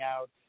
out